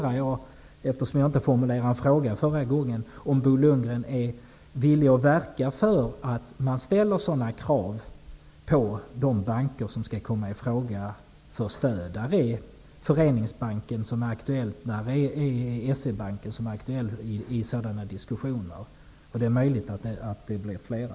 Eftersom jag inte formulerade en fråga i mitt förra inlägg undrar jag nu om Bo Lundgren är villig att verka för att man ställer sådana krav på de banker som skall komma i fråga för stöd. Föreningsbanken och S-E-Banken är aktuella i sådana diskussioner. Det är möjligt att det blir flera.